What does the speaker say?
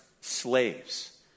slaves